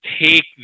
take